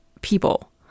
people